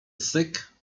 syk